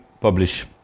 publish